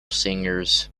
singers